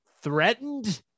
threatened